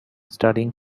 studying